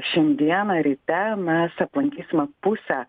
šiandieną ryte mes aplankysime pusę